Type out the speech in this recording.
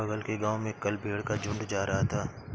बगल के गांव में कल भेड़ का झुंड जा रहा था